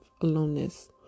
aloneness